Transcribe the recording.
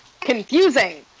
Confusing